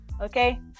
okay